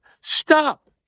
Stop